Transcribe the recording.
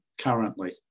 currently